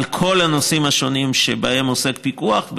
כל הנושאים השונים שבהם עוסק פיקוח,